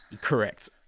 correct